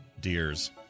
deers